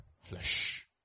flesh